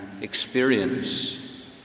experience